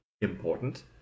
important